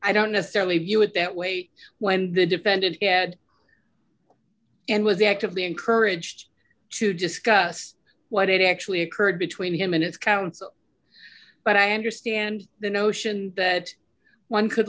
i don't necessarily view it that way when the defendant and was actively encouraged to discuss what actually occurred between him and his counsel but i understand the notion that one could